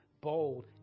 bold